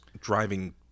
driving